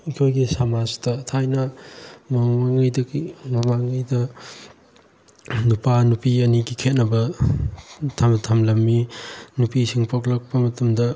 ꯑꯩꯈꯣꯏꯒꯤ ꯁꯃꯥꯖꯇ ꯊꯥꯏꯅ ꯃꯃꯥꯡꯉꯩꯗꯒꯤ ꯃꯃꯥꯡꯉꯩꯗ ꯅꯨꯄꯥ ꯅꯨꯄꯤ ꯑꯅꯤꯒꯤ ꯈꯦꯅꯕ ꯊꯝꯂꯝꯃꯤ ꯝꯅꯨꯄꯤꯁꯤꯡ ꯄꯣꯛꯂꯛꯄ ꯃꯇꯝꯗ